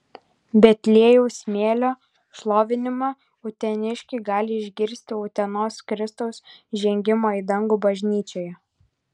betliejaus smėlio šlovinimą uteniškiai gali išgirsti utenos kristaus žengimo į dangų bažnyčioje